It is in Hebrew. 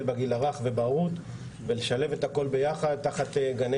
בגיל הרך ובהורות ולשלב את הכל ביחד תחת גני